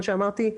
כמו שאמרתי,